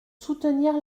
soutenir